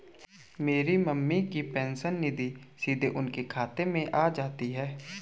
मेरी मम्मी की पेंशन निधि सीधे उनके खाते में आ जाती है